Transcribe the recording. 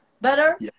better